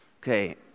okay